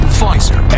Pfizer